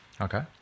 Okay